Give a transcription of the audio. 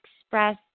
express